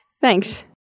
Thanks